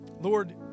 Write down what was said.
Lord